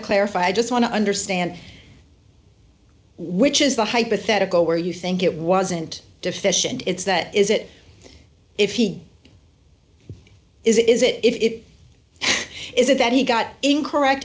to clarify i just want to understand which is the hypothetical where you think it wasn't deficient it's that is it if he is it is it is it that he got incorrect